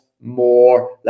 more